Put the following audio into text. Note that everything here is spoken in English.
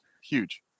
Huge